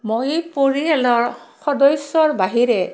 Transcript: মই পৰিয়ালৰ সদস্যৰ বাহিৰে